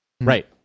Right